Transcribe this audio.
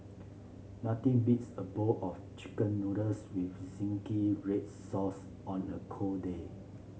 nothing beats a bowl of chicken noodles with zingy red sauce on a cold day